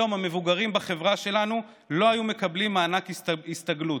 היום המבוגרים בחברה שלנו לא היו מקבלים מענק הסתגלות.